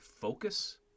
focus